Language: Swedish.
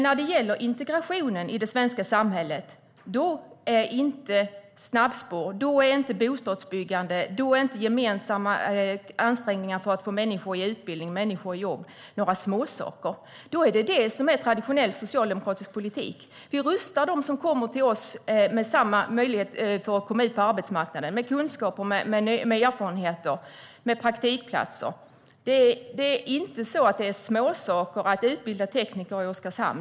När det gäller integrationen i det svenska samhället är inte snabbspår, bostadsbyggande eller gemensamma ansträngningar i utbildning och jobb några småsaker. Då är det det som är traditionell socialdemokratisk politik. Vi rustar dem som kommer till oss med samma möjlighet att komma ut på arbetsmarknaden med kunskap, med erfarenheter och med praktikplatser. Det är inte småsaker att utbilda tekniker i Oskarshamn.